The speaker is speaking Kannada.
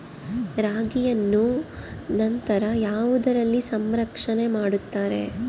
ರಾಗಿಯನ್ನು ನಂತರ ಯಾವುದರಲ್ಲಿ ಸಂರಕ್ಷಣೆ ಮಾಡುತ್ತಾರೆ?